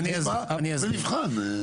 ונבחן.